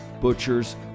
butchers